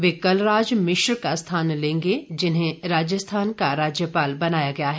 वे कलराज मिश्र का स्थान लेंगे जिन्हें राजस्थान का राज्यपाल बनाया गया है